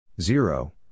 Zero